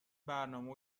برنامه